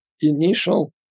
initial